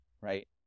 right